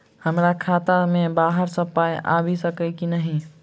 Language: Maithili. हमरा खाता मे बाहर सऽ पाई आबि सकइय की नहि?